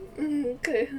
okay